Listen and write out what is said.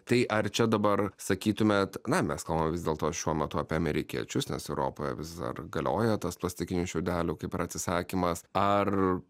tai ar čia dabar sakytumėt na mes kalbam vis dėlto šiuo metu apie amerikiečius nes europoje vis dar galioja tas plastikinių šiaudelių kaip ir atsisakymas ar